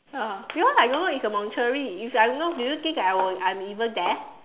ya because I don't know it's a mortuary if I know do you think I will I'm even there